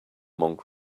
monk